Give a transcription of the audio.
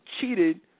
Cheated